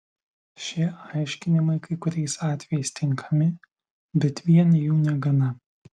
šie aiškinimai kai kuriais atvejais tinkami bet vien jų negana